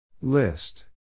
List